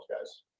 guys